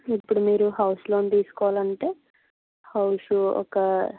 ఇప్పుడు మీరు house loan తీసుకోవాలంటే హౌస్ ఒక